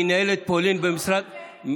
שמינהלת פולין במשרד,